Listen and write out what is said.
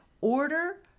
order